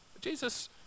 Jesus